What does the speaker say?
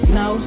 no